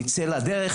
נצא לדרך,